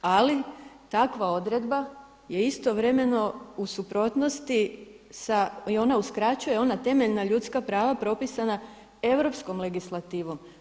Ali takav odredba je istovremeno u suprotnosti i ona uskraćuje ona temeljna ljudska prava propisana europskom legislativom.